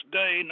day